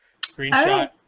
screenshot